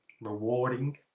rewarding